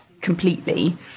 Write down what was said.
completely